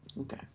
okay